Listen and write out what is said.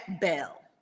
Bell